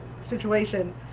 situation